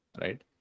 right